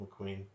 McQueen